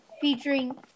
featuring